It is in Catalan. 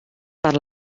per